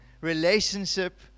relationship